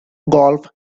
golf